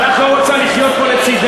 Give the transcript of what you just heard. אבל את לא רוצה לחיות פה לצדנו.